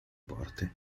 porte